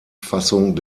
fassung